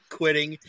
quitting